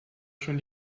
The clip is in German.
schon